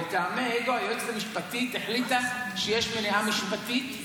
מטעמי אגו היועצת המשפטית החליטה שיש מניעה משפטית.